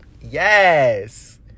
Yes